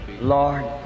Lord